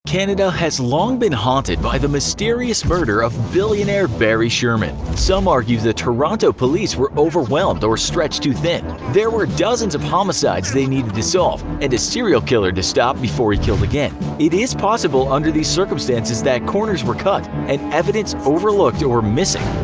canada has long been haunted by the mysterious murder of billionaire barry sherman. some argue the toronto police were overwhelmed or stretched too thin. there were dozens of homicides they needed to solve and a serial killer to stop before he killed again. it is possible under these circumstances that corners were cut and evidence overlooked or missing.